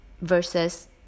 versus